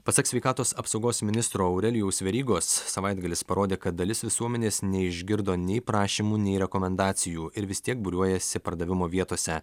pasak sveikatos apsaugos ministro aurelijaus verygos savaitgalis parodė kad dalis visuomenės neišgirdo nei prašymų nei rekomendacijų ir vis tiek būriuojasi pardavimo vietose